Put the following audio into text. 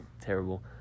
terrible